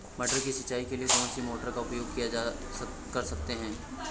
मटर की सिंचाई के लिए कौन सी मोटर का उपयोग कर सकते हैं?